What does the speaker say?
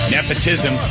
Nepotism